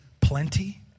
plenty